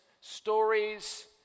stories